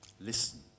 Listen